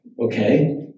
okay